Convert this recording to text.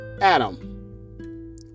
Adam